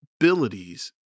abilities